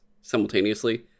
simultaneously